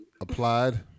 applied